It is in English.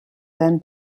then